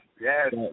yes